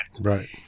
right